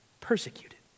persecuted